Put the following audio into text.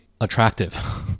attractive